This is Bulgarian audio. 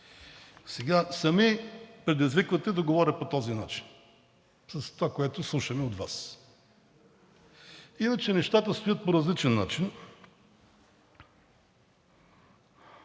Сами ме предизвиквате да говоря по този начин с това, което слушам от Вас. Иначе нещата стоят по различен начин.